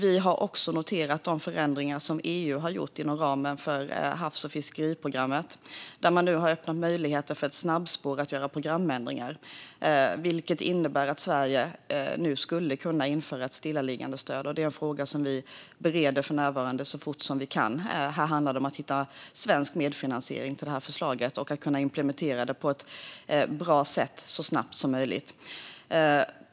Vi har också noterat de förändringar som EU har gjort inom ramen för havs och fiskeriprogrammet. Man har nu öppnat möjligheter för ett snabbspår att göra programändringar, vilket innebär att Sverige skulle kunna införa ett stillaliggandestöd. Det är en fråga som vi nu bereder så fort vi kan. Här handlar det om att hitta svensk medfinansiering till förslaget och att kunna implementera det på ett bra sätt så snabbt som möjligt.